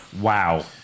Wow